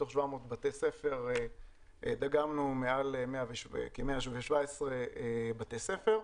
מתוך 700 בתי ספר דגמנו כ-117 בתי ספר.